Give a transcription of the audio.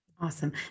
Awesome